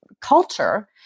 culture